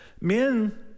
Men